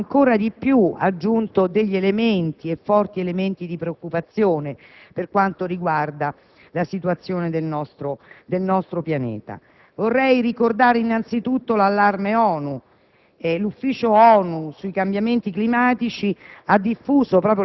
tre rapporti ed un vertice che ancor di più hanno aggiunto forti elementi di preoccupazione per quanto riguarda la situazione del nostro pianeta. Vorrei ricordare innanzitutto l'allarme